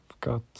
got